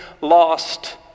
lost